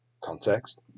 context